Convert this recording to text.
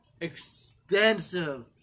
extensive